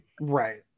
Right